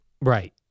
Right